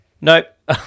Nope